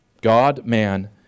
God-man